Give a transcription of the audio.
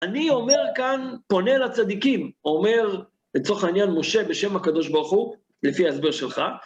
אני אומר כאן, פונה לצדיקים, אומר לצורך העניין משה בשם הקדוש ברוך הוא, לפי ההסבר שלך.